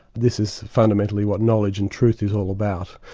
this is fundamentally what knowledge and truth is all about.